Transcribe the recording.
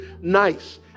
nice